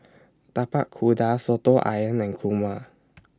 Tapak Kuda Soto Ayam and Kurma